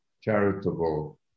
charitable